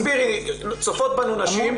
צופות בנו נשים.